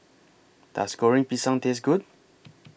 Does Goreng Pisang Taste Good